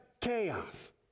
Chaos